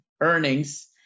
earnings